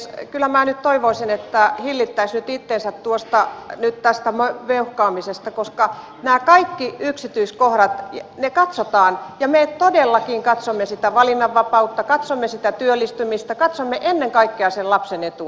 kyllä minä nyt toivoisin että hillittäisiin nyt itsensä tästä meuhkaamisesta koska nämä kaikki yksityiskohdat katsotaan ja me todellakin katsomme sitä valinnanvapautta katsomme sitä työllistymistä katsomme ennen kaikkea sen lapsen etua